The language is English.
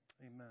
Amen